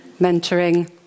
mentoring